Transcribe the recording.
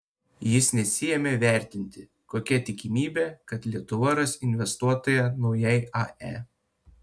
jis nesiėmė vertinti kokia tikimybė kad lietuva ras investuotoją naujai ae